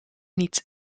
niet